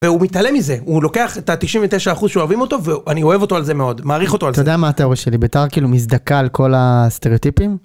והוא מתעלם מזה, הוא לוקח את ה-99% שאוהבים אותו ואני אוהב אותו על זה מאוד, מעריך אותו על זה. אתה יודע מה התיאוריה שלי בית"ר כאילו מזדכה על כל הסטריאוטיפים?